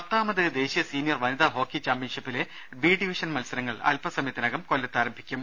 പത്താമത് ദേശീയ സീനിയർ വനിത ഹോക്കി ചാമ്പ്യൻഷിപ്പിലെ ബി ഡിവിഷൻ മത്സരങ്ങൾ അൽപ സമയത്തിന്കം കൊല്പത്ത് ആരംഭിക്കും